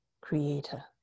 creator